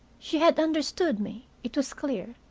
she had understood me, it was clear,